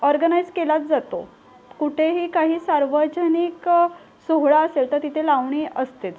organise केलाच जातो कुठेही काही सार्वजनिक सोहळा असेल तर तिथे लावणी असतेच